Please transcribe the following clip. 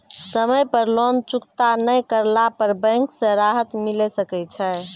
समय पर लोन चुकता नैय करला पर बैंक से राहत मिले सकय छै?